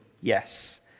yes